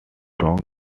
strong